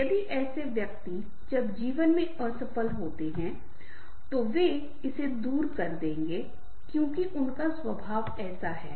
यदि ऐसे व्यक्ति जब जीवन में असफल होते हैं तो वे इसे दूर कर देंगे क्योंकि उनका स्वभाव ऐसा है